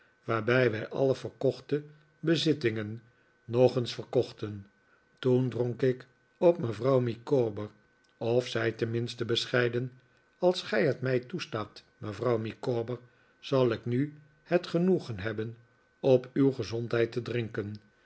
waarbij wij alle verkochte bezittingen nog eens verkochten toen dronk ik op mevrouw micawber of zei tenminste bescheiden als gij het mij toestaat mevrouw micawber zal ik nu het genoegen hebben op uw gezondheid te drinken